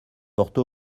porte